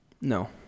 No